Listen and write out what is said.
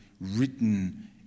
written